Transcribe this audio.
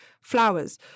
flowers